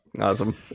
Awesome